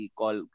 call